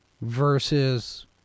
Versus